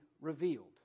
revealed